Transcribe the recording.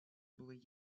були